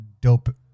dope